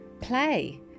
play